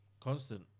Constant